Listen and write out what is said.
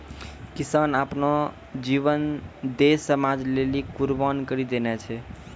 किसान आपनो जीवन देस समाज लेलि कुर्बान करि देने छै